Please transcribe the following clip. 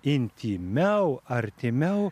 intymiau artimiau